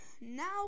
now